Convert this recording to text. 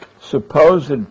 supposed